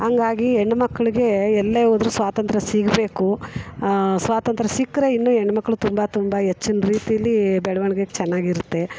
ಹಂಗಾಗಿ ಹೆಣ್ಣು ಮಕ್ಕಳಿಗೆ ಎಲ್ಲೇ ಹೋದ್ರು ಸ್ವಾತಂತ್ರ್ಯ ಸಿಗಬೇಕು ಸ್ವಾತಂತ್ರ್ಯ ಸಿಕ್ಕರೆ ಇನ್ನೂ ಹೆಣ್ಮಕ್ಳು ತುಂಬ ತುಂಬ ಹೆಚ್ಚಿನ ರೀತಿಲಿ ಬೆಳವಣ್ಗೆ ಚೆನ್ನಾಗಿರುತ್ತೆ